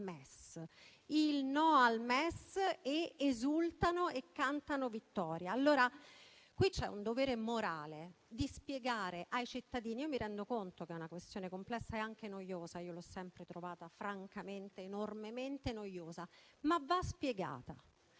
Camera. Il no al MES ed esultano e cantano vittoria. Qui c'è un dovere morale di dare una spiegazione ai cittadini. Mi rendo conto che è una questione complessa e anche noiosa. Io l'ho sempre trovata francamente ed enormemente noiosa. Va però spiegata.